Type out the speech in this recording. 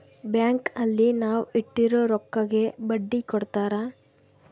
bank ಅಲ್ಲಿ ನಾವ್ ಇಟ್ಟಿರೋ ರೊಕ್ಕಗೆ ಬಡ್ಡಿ ಕೊಡ್ತಾರ